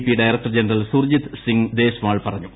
P director general Surjit Singh Deswal പറഞ്ഞു